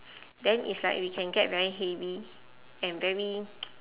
then it's like we can get very heavy and very